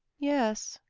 yes,